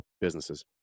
businesses